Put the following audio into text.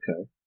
Okay